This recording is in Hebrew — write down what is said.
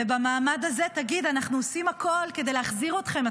ובמעמד הזה תגיד: אנחנו עושים הכול כדי להחזיר אתכם,